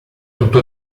tutto